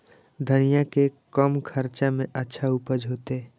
धनिया के कम खर्चा में अच्छा उपज होते?